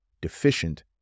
deficient